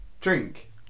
Drink